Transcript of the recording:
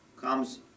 comes